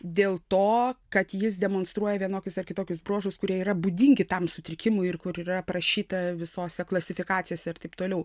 dėl to kad jis demonstruoja vienokius ar kitokius bruožus kurie yra būdingi tam sutrikimui ir kur yra aprašyta visose klasifikacijose ir taip toliau